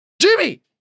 Jimmy